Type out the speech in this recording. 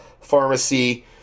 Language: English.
pharmacy